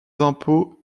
impôts